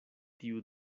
tiu